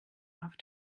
auf